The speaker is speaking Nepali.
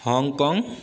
हङकङ